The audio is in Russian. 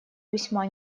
весьма